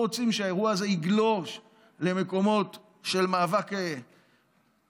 רוצים שהאירוע הזה יגלוש למקומות של מאבק לאומני,